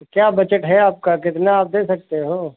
तो क्या बजट है आपका कितना आप दे सकते हो